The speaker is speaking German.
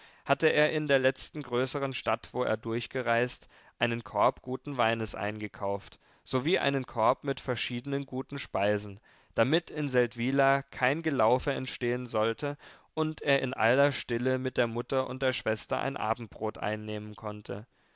hatte er in der letzten größeren stadt wo er durchgereist einen korb guten weines eingekauft sowie einen korb mit verschiedenen guten speisen damit in seldwyla kein gelaufe entstehen sollte und er in aller stille mit der mutter und der schwester ein abendbrot einnehmen konnte